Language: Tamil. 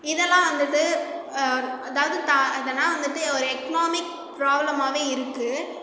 இதெல்லாம் வந்துவிட்டு அதாவது தா எதனா வந்துவிட்டு ஒரு எக்னாமிக் ப்ராப்ளமாகவே இருக்கு